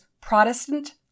Protestant